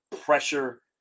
pressure